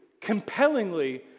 compellingly